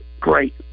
great